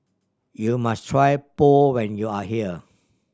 you must try Pho when you are here